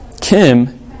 Kim